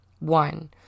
One